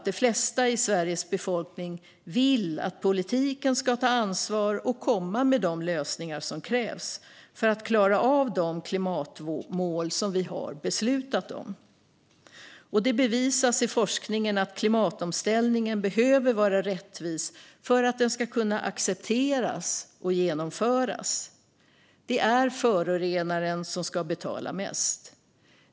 De flesta i Sveriges befolkning vill att politiken ska ta ansvar och komma med de lösningar som krävs för att klara av de klimatmål vi har beslutat om. Och det bevisas i forskningen att klimatomställningen behöver vara rättvis för att kunna accepteras och genomföras. Det är förorenaren som ska betala mest.